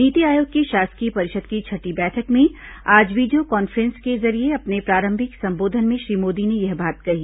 नीति आयोग की शासकीय परिषद की छठी बैठक में आज वीडियो कांफ्रेंस के जरिये अपने प्रारंभिक संबोधन में श्री मोदी ने यह बात कही